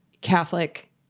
catholic